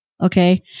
Okay